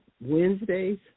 Wednesdays